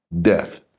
death